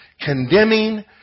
condemning